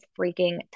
freaking